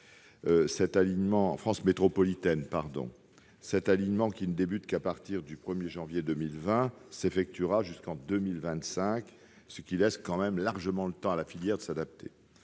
Cet alignement, qui ne débute qu'à partir du 1 janvier 2020, s'effectuera jusqu'en 2025, ce qui laisse tout de même largement le temps à la filière de s'adapter.